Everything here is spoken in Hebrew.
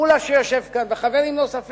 חבר הכנסת מולה שיושב כאן וחברים נוספים.